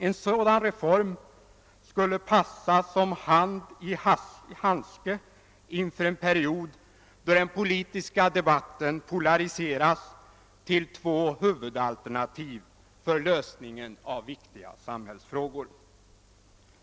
En sådan reform skulle passa som hand i handske in för en period då den politiska debatten polariseras till två huvudalternativ för lösningen av viktiga samhällsfrågor.